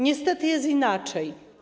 Niestety jest inaczej.